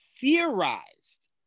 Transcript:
theorized